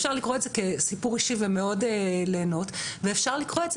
אפשר לקרוא את זה כסיפור אישי ומאוד להנות ואפשר לקרוא את זה